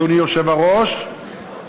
אדוני היושב-ראש,